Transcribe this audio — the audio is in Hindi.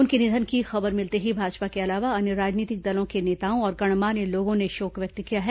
उनके निधन की खबर मिलते ही भाजपा के अलावा अन्य राजनीतिक दलों के नेताओं और गणमान्य लोगों ने शोक व्यक्त किया है